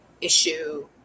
issue